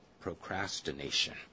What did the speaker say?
procrastination